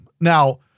Now